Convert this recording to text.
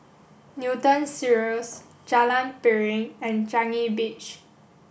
Newton Cirus Jalan Piring and Changi Beach